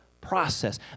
process